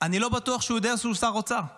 אני לא בטוח שהוא יודע שהוא שר אוצר;